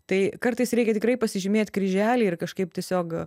tai kartais reikia tikrai pasižymėt kryželį ir kažkaip tiesiog